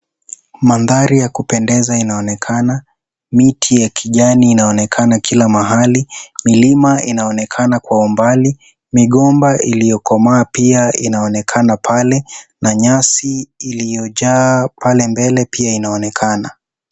Mandhari ya kupendeza inaonekana. Miti ya kijani inaonekana kila mahali. Milima inaonekana kwa umbali. Migomba iliyokomaa pia inaonekana pale na nyasi iliyojaa pale mbele pia inaonekana.